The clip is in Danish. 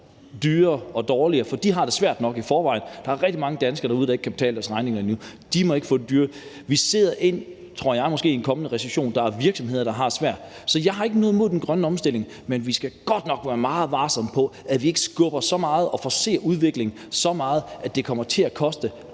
dyrere og dårligere, for de har det svært nok i forvejen. Der er rigtig mange danskere derude, der ikke kan betale deres regninger nu, og de må ikke få det dyrere. Vi ser ind i en, tror jeg, kommende recession, og der er virksomheder, der har det svært. Så jeg har ikke noget mod den grønne omstilling, men vi skal godt nok være meget varsomme med, at vi ikke skubber så meget på og forcerer udviklingen så meget, at det kommer til at koste